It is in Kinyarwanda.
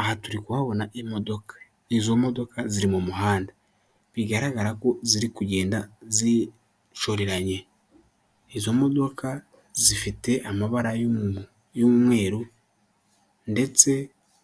Aha turi kuhabona imodoka. Izo modoka ziri mu muhanda, bigaragara ko ziri kugenda zishoreranye. Izo modoka zifite amabara y'umweru ndetse